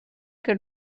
que